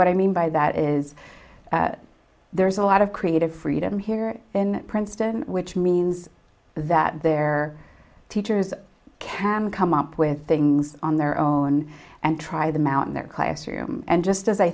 what i mean by that is there's a lot of creative freedom here in princeton which means that their teachers can come up with things on their own and try them out in their classroom and just as i